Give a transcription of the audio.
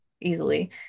easily